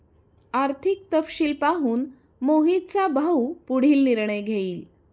आर्थिक तपशील पाहून मोहितचा भाऊ पुढील निर्णय घेईल